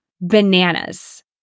bananas